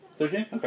Okay